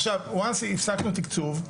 עכשיו ברגע שהפסקנו תקצוב,